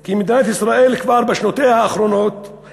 כי מדינת ישראל, כבר בשנותיה הראשונות,